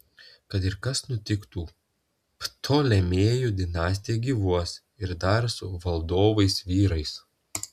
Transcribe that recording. kad ir kas nutiktų ptolemėjų dinastija gyvuos ir dar su valdovais vyrais